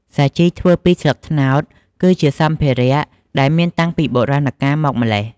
សាជីធ្វើពីស្លឹកត្នោត គឺជាសម្ភារៈដែលមានតាំងពីបុរាណកាលមកម្ល៉េះ។